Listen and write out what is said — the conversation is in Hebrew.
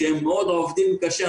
הם עובדים מאוד קשה.